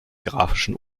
grafischen